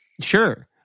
Sure